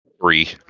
Three